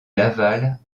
laval